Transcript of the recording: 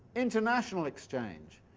international exchange,